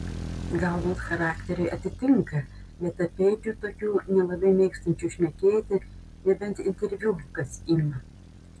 galbūt charakteriai atitinka lėtapėdžių tokių nelabai mėgstančių šnekėti nebent interviu kas ima